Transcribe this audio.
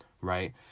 right